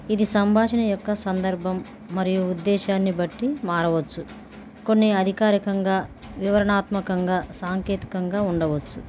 ఇది సంభాషణ యొక్క సందర్భం మరియు ఉద్దేశాన్ని బట్టి మారవచ్చు కొన్ని అధికారికంగా వివరణాత్మకంగా సాంకేతికంగా ఉండవచ్చు